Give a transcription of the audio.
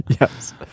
Yes